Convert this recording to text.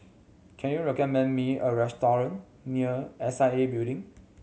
can you recommend me a restaurant near S I A Building